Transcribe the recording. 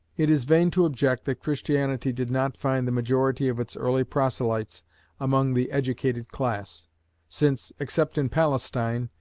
it is vain to object that christianity did not find the majority of its early proselytes among the educated class since, except in palestine,